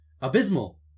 Abysmal